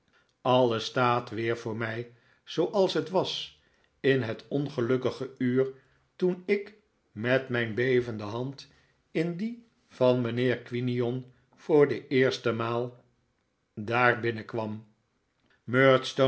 alles staat weer voor mij zooals het was in het ongelukkige uur toen ik met mijn bevende hand in die van mijnheer quinion voor de eerste maal daar binnenkwam